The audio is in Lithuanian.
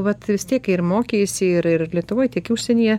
vat tiek ir mokeisi ir ir lietuvoj tiek ir užsienyje